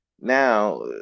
Now